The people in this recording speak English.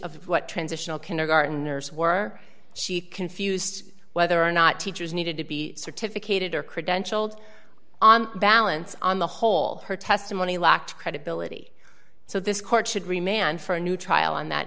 of what transitional can or gardeners were she confused whether or not teachers needed to be certificate or credentialed on balance on the whole her testimony lacked credibility so this court should remain on for a new trial on that